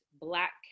Black